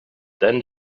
then